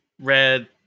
red